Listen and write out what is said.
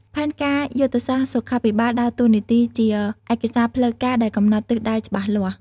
ផែនការយុទ្ធសាស្ត្រសុខាភិបាលដើរតួនាទីជាឯកសារផ្លូវការដែលកំណត់ទិសដៅច្បាស់លាស់។